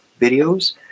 videos